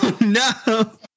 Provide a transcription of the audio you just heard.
No